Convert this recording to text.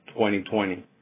2020